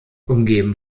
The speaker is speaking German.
umgeben